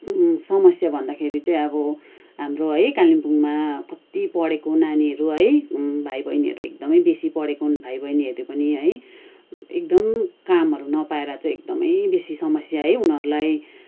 समस्या भन्दाखेरि चाहिँ अब हाम्रो है कालिम्पोङमा कत्ति पढेको नानीहरू है भाइबहिनीहरू एकदमै बेसी पढेको भाइबहिनीहरू पनि है एकदम कामहरू नपाएर चाहिँ एकदमै बेसी समस्या है उनीहरूलाई